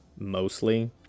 Mostly